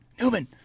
Newman